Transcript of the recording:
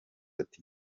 ati